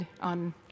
on